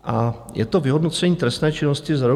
A je to vyhodnocení trestné činnosti za rok 2022.